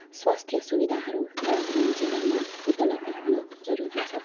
स्वास्थ्य सुविधाहरू दार्जिलिङ जिल्लामा उपलब्ध हुन जरुरी छ